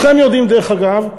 דרך אגב,